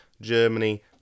Germany